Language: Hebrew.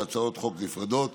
להצעות חוק נפרדות,